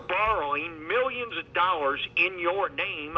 borrowing millions of dollars in your name